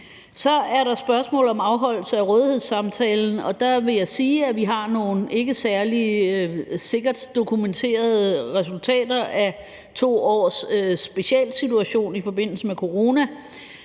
Så er der spørgsmålet om afholdelse af rådighedssamtalen, og der vil jeg sige, at vi har nogle ikke særlig sikkert dokumenterede resultater af 2 års specialsituation i forbindelse med corona.